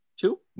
two